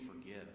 forgive